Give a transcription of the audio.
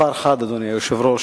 מעבר חד, אדוני היושב-ראש,